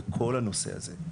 בכל הנושא הזה,